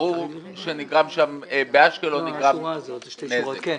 ברור שבאשקלון נגרם נזק.